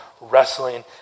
wrestling